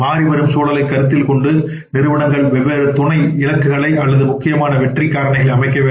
மாறிவரும் சூழலைக் கருத்தில் கொண்டு நிறுவனங்கள் வெவ்வேறு துணை இலக்குகளை அல்லது முக்கியமான வெற்றி காரணிகளை அமைக்க வேண்டும்